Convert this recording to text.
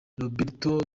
roberto